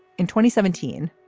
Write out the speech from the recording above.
in twenty seventeen,